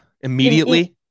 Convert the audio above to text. immediately